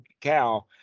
cow